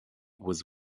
was